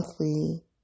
monthly